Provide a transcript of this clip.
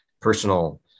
personal